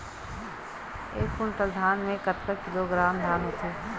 एक कुंटल धान में कतका किलोग्राम धान होथे?